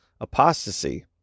apostasy